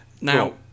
now